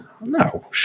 No